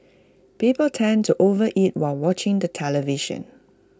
people tend to overeat while watching the television